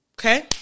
Okay